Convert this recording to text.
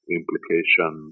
implication